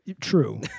True